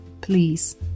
please